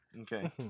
Okay